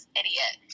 idiot